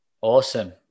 Awesome